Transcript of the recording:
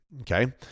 okay